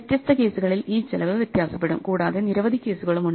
വ്യത്യസ്ത കേസുകളിൽ ഈ ചെലവ് വ്യത്യാസപ്പെടും കൂടാതെ നിരവധി കേസുകളുമുണ്ട്